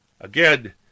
Again